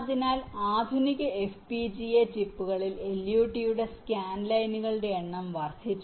അതിനാൽ ആധുനിക FPGA ചിപ്പുകളിൽ LUT യുടെ സ്കാൻ ലൈനുകളുടെ എണ്ണം വർദ്ധിച്ചു